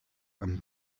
and